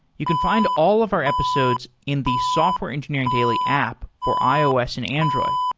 you can find all of our episodes in the software engineering daily app for ios and android.